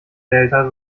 delta